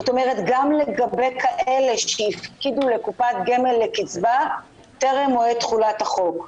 זאת אומרת גם לגבי כאלה שהפקידו לקופת גמל לקצבה טרם מועד תחולת החוק.